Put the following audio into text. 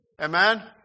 Amen